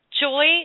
Joy